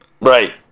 Right